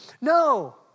No